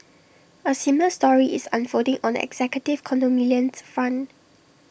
A similar story is unfolding on the executive condominiums front